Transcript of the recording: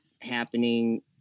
happening